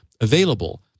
available